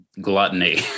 gluttony